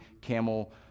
camel